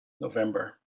November